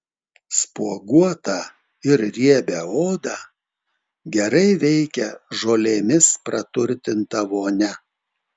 spuoguotą ir riebią odą gerai veikia žolėmis praturtinta vonia